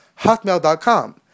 hotmail.com